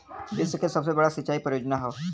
विश्व के सबसे बड़ा सिंचाई परियोजना हौ